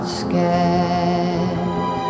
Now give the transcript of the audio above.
scared